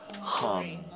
hum